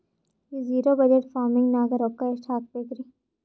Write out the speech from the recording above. ಈ zero budget farming ನಾಗ್ ರೊಕ್ಕ ಎಷ್ಟು ಹಾಕಬೇಕರಿ?